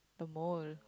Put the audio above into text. the mole